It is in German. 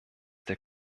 der